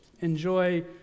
enjoy